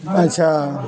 ᱟᱪᱪᱷᱟ